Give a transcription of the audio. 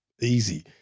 easy